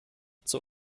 zur